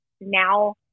now